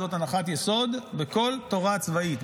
זאת הנחת יסוד בכל תורה צבאית,